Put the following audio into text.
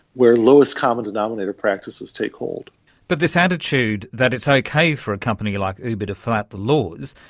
where lowest common denominator practices take hold but this attitude that it's okay for a company like uber to flout the laws,